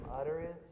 utterance